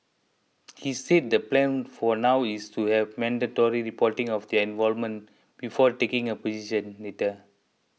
he said the plan for now is to have mandatory reporting of their involvement before taking a position later